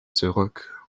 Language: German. zurück